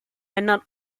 männern